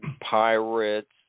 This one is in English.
pirates